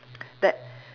that